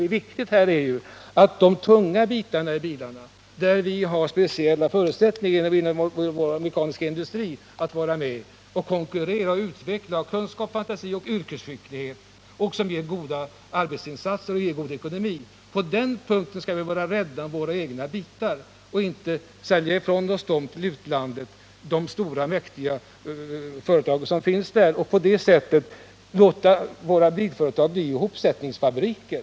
Det viktiga är att vi är rädda om de tunga bitarna inom biltillverkningen där vi, genom vår mekaniska industri, tack vare kunskap, fantasi och yrkesskicklighet, som ger goda arbetsinsatser och god ekonomi, har speciella förutsättningar att vara med och konkurrera och utveckla. De bitarna skall vi inte avstå till de stora mäktiga företagen i utlandet och på det sättet låta våra bilföretag bli ihopsättningsfabriker.